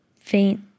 faint